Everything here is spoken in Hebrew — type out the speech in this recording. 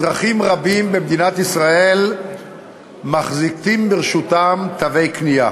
אזרחים רבים במדינת ישראל מחזיקים ברשותם תווי קנייה.